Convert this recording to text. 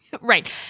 Right